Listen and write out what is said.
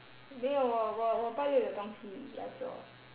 没有我我我拜六有东西要做